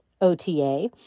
OTA